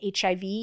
HIV